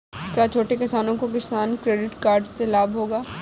क्या छोटे किसानों को किसान क्रेडिट कार्ड से लाभ होगा?